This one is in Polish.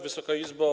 Wysoka Izbo!